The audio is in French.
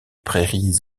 prairies